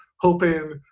hoping